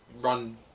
Run